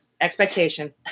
Expectation